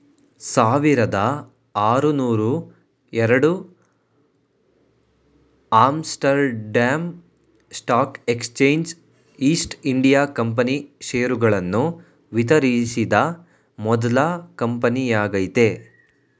ಸಾವಿರದಆರುನೂರುಎರಡು Amsterdam stock exchange East India Company ಷೇರುಗಳನ್ನು ವಿತರಿಸಿದ ಮೊದ್ಲ ಕಂಪನಿಯಾಗೈತೆ